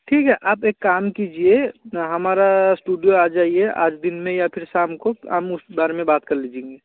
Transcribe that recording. ठीक है आप एक काम कीजिए हमारा स्टूडियो आ जाइए आज दिन में या फिर शाम को हम उस बारे में बात कर लेंगे